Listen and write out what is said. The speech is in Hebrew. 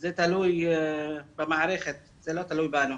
זה תלוי במערכת ולא בנו.